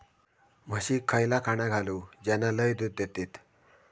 म्हशीक खयला खाणा घालू ज्याना लय दूध देतीत?